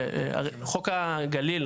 חוק הגליל,